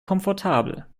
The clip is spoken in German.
komfortabel